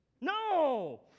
No